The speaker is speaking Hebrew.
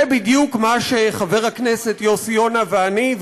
זה בדיוק מה שחבר הכנסת יוסי יונה ואני,